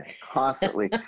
constantly